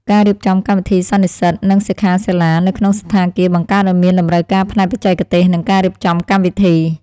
ការរៀបចំកម្មវិធីសន្និសីទ និងសិក្ខាសាលានៅក្នុងសណ្ឋាគារបង្កើតឱ្យមានតម្រូវការផ្នែកបច្ចេកទេស និងការរៀបចំកម្មវិធី។